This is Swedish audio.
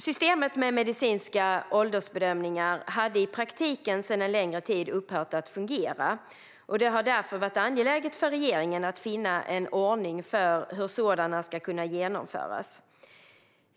Systemet med medicinska åldersbedömningar hade i praktiken för en längre tid sedan upphört att fungera, och det har därför varit angeläget för regeringen att finna en ordning för hur sådana ska kunna genomföras.